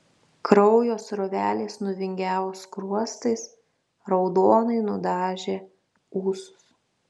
kraujo srovelės nuvingiavo skruostais raudonai nudažė ūsus